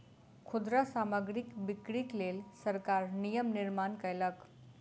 खुदरा सामग्रीक बिक्रीक लेल सरकार नियम निर्माण कयलक